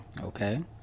Okay